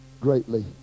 greatly